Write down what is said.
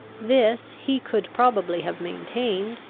this he could probably have maintained,